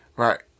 Right